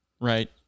right